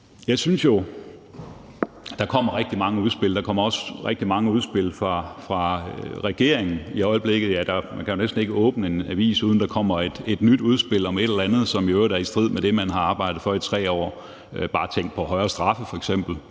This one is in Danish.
jeg jo, at der kommer rigtig mange udspil. Der kommer også rigtig mange udspil fra regeringen i øjeblikket. Man kan jo næsten ikke åbne en avis, uden at der er kommet et nyt udspil om et eller andet, som i øvrigt er i strid med det, man har arbejdet for i 3 år. Tænk f.eks. bare på højere straffe og